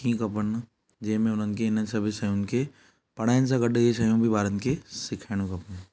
थियणु खपनि जंहिंमें हुननि खे इन सभिनि शयुनि खे पढ़ाइण सां गॾु इहे शयूं बि ॿारनि खे सिखायणु खपे